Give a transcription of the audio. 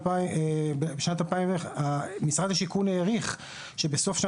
משרד השיכון העריך שבסוף,